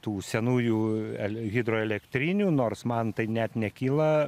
tų senųjų ele hidroelektrinių nors man tai net nekyla